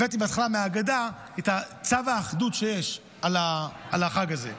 הבאתי בהתחלה מההגדה את צו האחדות שיש בחג הזה.